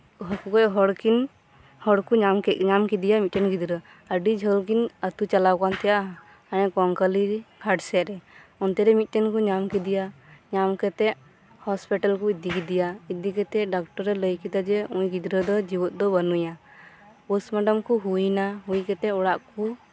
ᱦᱟᱠᱩ ᱜᱚᱡ ᱦᱚᱲᱠᱤᱱ ᱦᱚᱲᱠᱩ ᱧᱟᱢᱠᱮᱫᱤᱭᱟ ᱢᱤᱫᱽᱴᱮᱱ ᱜᱤᱫᱽᱨᱟᱹ ᱟᱹᱰᱤ ᱡᱷᱟᱹᱞ ᱠᱤᱱ ᱟᱹᱛᱩ ᱪᱟᱞᱟᱣ ᱟᱠᱟᱱ ᱛᱟᱦᱮᱸᱫ ᱟ ᱦᱟᱱᱮ ᱠᱚᱝᱠᱟᱹᱞᱤ ᱜᱷᱟᱴ ᱥᱮᱫ ᱨᱮ ᱚᱱᱛᱮᱨᱮ ᱢᱤᱫᱽᱴᱮᱱ ᱠᱩ ᱧᱟᱢ ᱠᱤᱫᱤᱭᱟ ᱧᱟᱢ ᱠᱮᱛᱮᱜ ᱦᱚᱥᱯᱤᱴᱟᱞ ᱠᱩ ᱤᱫᱤ ᱠᱤᱫᱤᱭᱟ ᱤᱫᱤᱠᱮᱛᱮᱜ ᱰᱟᱠᱴᱚᱨᱮ ᱞᱟᱹᱭᱠᱮᱫᱟ ᱡᱮ ᱩᱱᱤ ᱜᱤᱫᱽᱨᱟᱹ ᱫᱚ ᱡᱤᱣᱟᱹᱫ ᱫᱚ ᱵᱟᱹᱱᱩᱭᱟ ᱯᱚᱥᱢᱟᱰᱟᱢ ᱠᱩ ᱦᱩᱭᱱᱟ ᱦᱩᱭᱠᱟᱛᱮᱜ ᱚᱲᱟᱜ ᱠᱩ